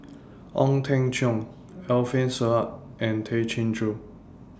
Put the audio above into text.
Ong Teng Cheong Alfian Sa'at and Tay Chin Joo